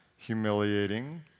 humiliating